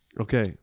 Okay